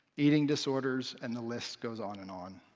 eating disorders, and the list goes on and on.